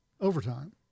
overtime